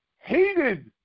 hated